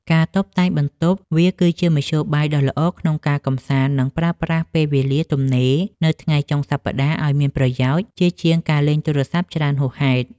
ការតុបតែងបន្ទប់ វាគឺជាមធ្យោបាយដ៏ល្អក្នុងការកម្សាន្ត និងប្រើប្រាស់ពេលវេលាទំនេរនៅថ្ងៃចុងសប្ដាហ៍ឱ្យមានប្រយោជន៍ ជាជាងការលេងទូរស័ព្ទច្រើនហួសហេតុ។